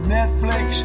Netflix